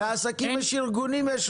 לעניים אין.